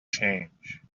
change